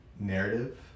narrative